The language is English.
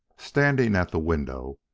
standing at the window,